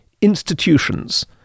institutions